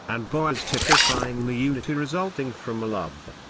and boaz typifying the unity resulting from love.